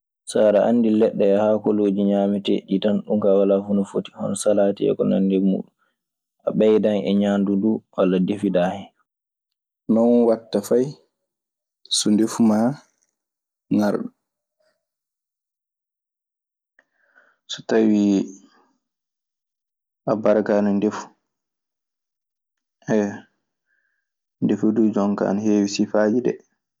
So aɗa anndi leɗɗe haakolooji ñaameteeɗi en tan, ɗun kaa walaa fuu no foti, hono salaati e ko nanndi e muuɗun. A ɓeydan e ñaandu nduu walla defidaa hen. Non waɗta fay so ndefu maa ŋarɗa. So tawii a barkaani ndefu, ndefu duu jonka ana heewi sifaaji dee.